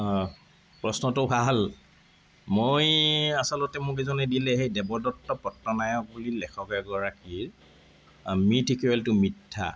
প্ৰশ্নটো ভাল মই আচলতে মোক এজনে দিলে সেই দেৱদত্ত পট্টনায়ক বুলি লেখক এগৰাকীৰ মিথ ইকোৱাল টু মিথ্যা